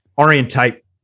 orientate